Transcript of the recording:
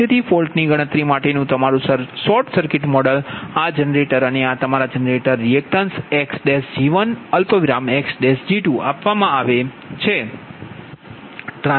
તેથી ફોલ્ટની ગણતરી માટેનું તમારું સર્કિટ મોડેલ આ જનરેટર અને આ તમારા જનરેટર રિએક્ટેન્સ xg1 xg2આપવામાં આવે છે